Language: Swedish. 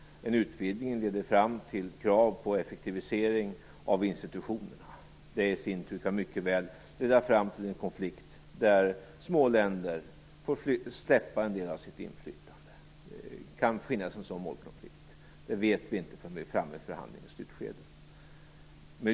En utvidgning leder fram till krav på effektivisering av institutionerna. Det i sin tur kan mycket väl leda fram till en konflikt där små länder får släppa en del av sitt inflytande. Det kan finnas en sådan målkonflikt. Det vet vi inte förrän vi är framme vid förhandlingens slutskede.